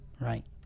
right